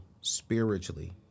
spiritually